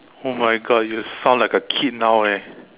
oh my god you sound like a kid now eh